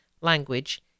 language